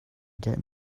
get